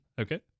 Okay